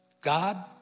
God